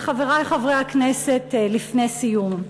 חברי חברי הכנסת, לפני סיום,